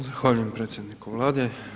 Zahvaljujem predsjedniku Vlade.